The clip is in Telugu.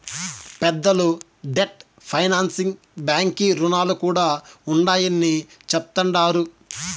పెద్దలు డెట్ ఫైనాన్సింగ్ బాంకీ రుణాలు కూడా ఉండాయని చెప్తండారు